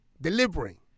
Delivering